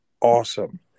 awesome